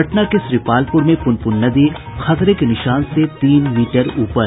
पटना के श्रीपालपुर में पुनपुन नदी खतरे के निशान से तीन मीटर ऊपर